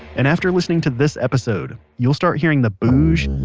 and after listening to this episode, you'll start hearing the booj,